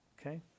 Okay